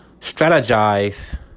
strategize